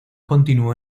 continuó